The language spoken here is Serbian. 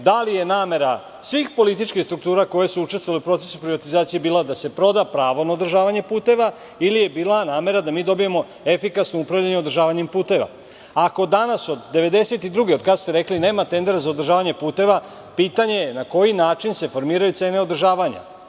da li je namera svih političkih struktura koje su učestvovale u procesu privatizacije bile da se proda pravo na održavanje puteva i nije bila namera da mi dobijemo efikasno upravljanje održavanjem puteva. Ako danas od 1992. godine, od kad ste rekli, nema tendera za održavanje puteva, pitanje je na koji način se formiraju cene održavanja?